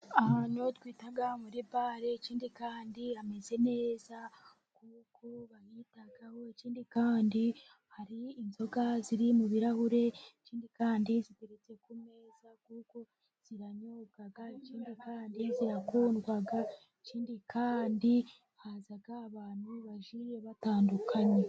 Ahantu twita muri bare, ikindi kandi imeze neza, kuko bahitaho, ikindi kandi hari inzoga ziri mu birarahure, ikindi kandi ziteretse ku meza, kuko ziranyobwa, ikindi kandi zirakundwa, ikindi kandi haza abantu bagiye batandukanye.